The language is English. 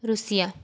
Russia